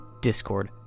Discord